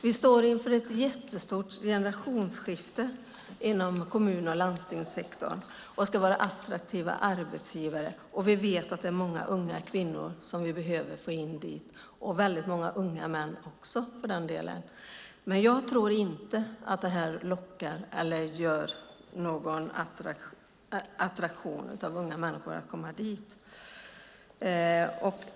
Vi står inför ett jättestort generationsskifte inom kommun och landstingssektorn och ska vara attraktiva arbetsgivare. Och vi vet att det är många unga kvinnor som vi behöver få in dit, och väldigt många unga män också för den delen, men jag tror inte att det lockar och attraherar unga människor att komma dit.